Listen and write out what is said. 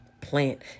plant